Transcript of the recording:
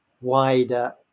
wider